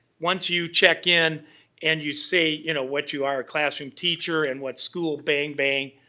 once you check in and you say, you know, what you are, a classroom teacher and what school, bang, bang,